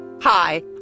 Hi